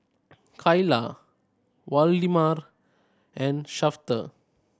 Kaila Waldemar and Shafter